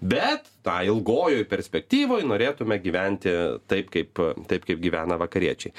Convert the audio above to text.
bet tą ilgojoj perspektyvoj norėtume gyventi taip kaip taip kaip gyvena vakariečiai